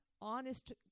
honest